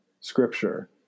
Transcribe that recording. scripture